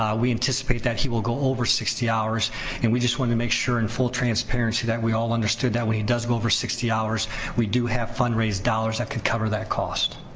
um we anticipate that he will go over sixty hours and we just wanted to make sure, in full transparency, that we all understood that when he does go sixty hours we do have fundraised dollars that could cover that cost.